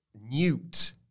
Newt